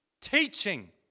teaching